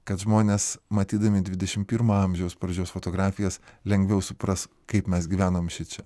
kad žmonės matydami dvidešim pirmo amžiaus pradžios fotografijas lengviau supras kaip mes gyvenom šičia